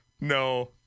No